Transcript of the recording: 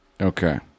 Okay